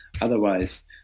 otherwise